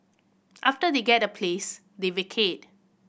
after they get a place they vacate